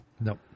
nope